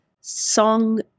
song